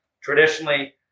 Traditionally